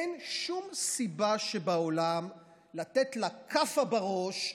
אין שום סיבה שבעולם לתת לה כאפה בראש,